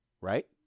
right